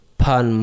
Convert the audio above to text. pan